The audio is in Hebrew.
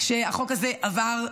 שהחוק הזה עבר,